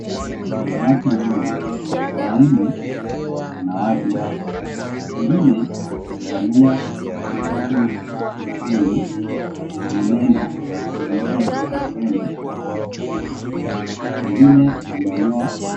Kuna watu wengi, wanaume na wanawake. Wengine wamevalia shati nyekundu yenye neno CDF mbele, wengine wamenyoa.